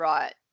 Right